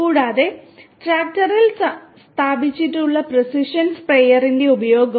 കൂടാതെ ട്രാക്ടറിൽ സ്ഥാപിച്ചിട്ടുള്ള പ്രിസിഷൻ സ്പ്രേയറിന്റെ ഉപയോഗവും